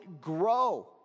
grow